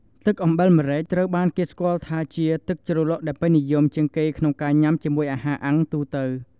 ទឹកអំបិលម្រេចត្រូវបានគេស្គាល់ថាជា ទឹកជ្រលក់ដែលពេញនិយមជាងគេក្នុងការញុាំជាមួយអាហារអាំងទូទៅ។